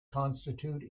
constitute